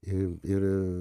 i ir